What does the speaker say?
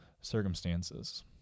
circumstances